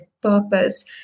purpose